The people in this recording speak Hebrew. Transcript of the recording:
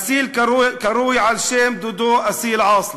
אסיל קרוי על שם דודו אסיל עאסלה,